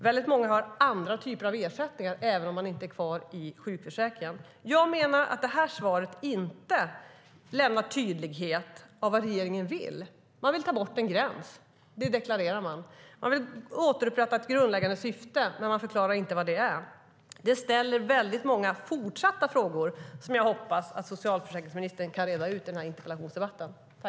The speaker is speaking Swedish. Väldigt många har andra typer av ersättningar, även om de inte är kvar i sjukförsäkringen.